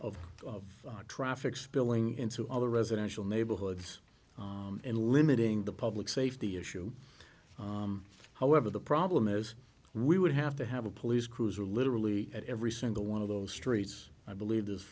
of of traffic spilling into other residential neighborhoods and limiting the public safety issue however the problem is we would have to have a police cruiser literally at every single one of those streets i believe th